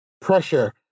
pressure